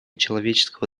человеческого